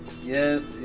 Yes